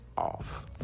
off